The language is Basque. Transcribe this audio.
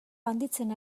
handitzen